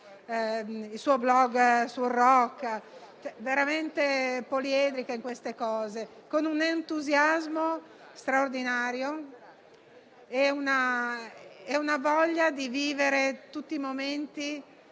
il suo *blog* sul rock. Era veramente poliedrica, con un entusiasmo straordinario e una voglia di vivere tutti i momenti